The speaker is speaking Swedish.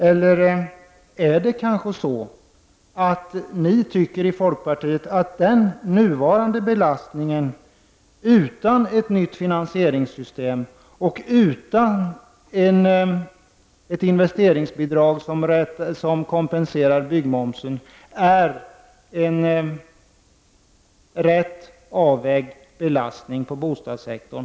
Eller är det kanske så att ni i folkpartiet tycker att den nuvarande belastningen, utan ett nytt finansieringssystem och utan ett investeringsbidrag som kompenserar byggmomsen, är en rätt avvägd belastning på bostadssektorn?